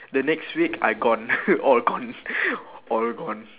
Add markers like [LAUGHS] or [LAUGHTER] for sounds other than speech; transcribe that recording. the next week I gone [LAUGHS] all gone [LAUGHS] all gone